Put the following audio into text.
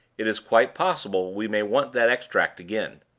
it is quite possible we may want that extract again.